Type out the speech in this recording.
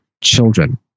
children